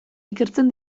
ikertzen